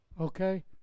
okay